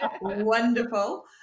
Wonderful